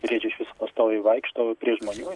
briedžiai išvis pastoviai vaikšto prie žmonių